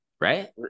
right